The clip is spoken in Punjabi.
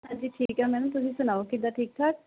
ਹਾਂਜੀ ਠੀਕ ਏ ਮੈਮ ਤੁਸੀਂ ਸੁਣਾਓ ਕਿੱਦਾਂ ਠੀਕ ਠਾਕ